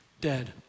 dead